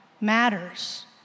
matters